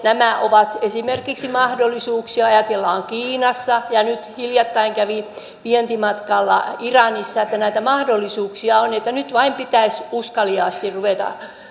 nämä ovat mahdollisuuksia ajatellaan esimerkiksi kiinassa ja nyt hiljattain kävin vientimatkalla iranissa niin että näitä mahdollisuuksia on nyt vain pitäisi uskaliaasti ruveta